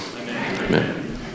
Amen